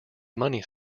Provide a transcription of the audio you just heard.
money